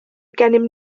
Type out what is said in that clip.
gennym